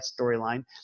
storyline